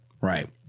Right